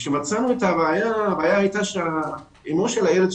גילינו שהבעיה נעוצה בכך שאימא של הילד,